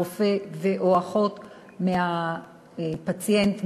רופא ואחות מהפציינט,